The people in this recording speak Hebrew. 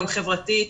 גם חברתית.